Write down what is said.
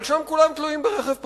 אבל שם כולם תלויים ברכב פרטי.